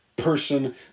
person